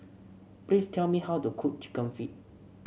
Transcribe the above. please tell me how to cook chicken feet